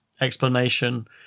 explanation